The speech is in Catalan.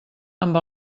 amb